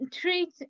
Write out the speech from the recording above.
treat